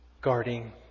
guarding